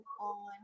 on